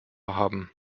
haben